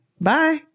bye